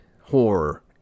horror